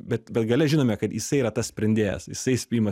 bet bet gale žinome kad jisai yra tas sprendėjas jisais priima